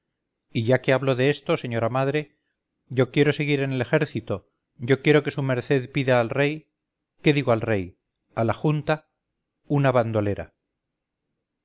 y ya que hablo de esto señora madre yo quiero seguir en el ejército yo quiero que su merced pida al rey qué digo al rey a la junta una bandolera